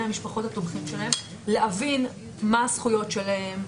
המשפחות שלהם להבין מה הזכויות שלהם,